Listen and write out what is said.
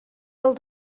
del